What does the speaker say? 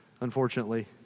unfortunately